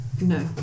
No